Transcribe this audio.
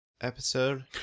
episode